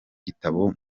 gitabo